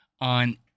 on